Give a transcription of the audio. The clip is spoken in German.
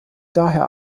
daher